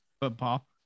football